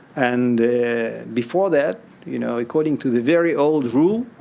and before that you know according to the very old rule